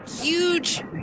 Huge